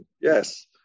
yes